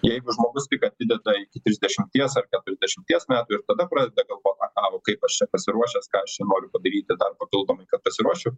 jeigu žmogus tik atideda iki trisdešimties ar keturiasdešimties metų ir tada pradeda galvot aha o kaip aš čia pasiruošęs ką aš čia noriu padaryti dar papildomai kad pasiruoščiau